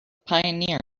pioneer